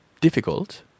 difficult